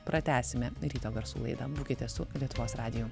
pratęsime ryto garsų laidą būkite su lietuvos radiju